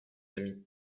amies